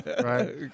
right